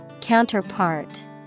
Counterpart